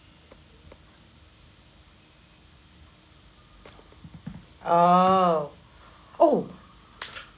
oh oh